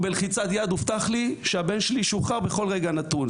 בלחיצת יד הובטח לי שהבן שלי ישוחרר בכל רגע נתון.